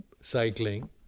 cycling